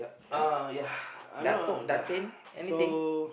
uh ya I'm not on ya so